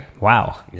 wow